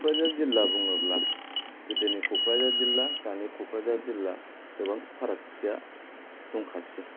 क'क्राझार जिल्ला बुङोब्ला गोदोनि क'क्राझार जिल्ला दानि क'क्राझार जिल्ला गोबां फारागथिया दंखासै